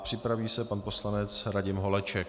Připraví se pan poslanec Radim Holeček.